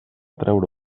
treure